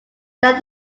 that